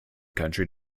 country